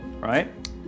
Right